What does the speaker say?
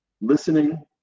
listening